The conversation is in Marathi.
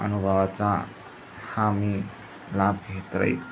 अनुभवाचा हा मी लाभ घेत राहील